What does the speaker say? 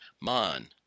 Man